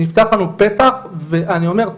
נפתח לנו פתח ואני אומר,